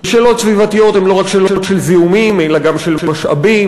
שאלות סביבתיות הן לא רק שאלות של זיהומים אלא גם של משאבים,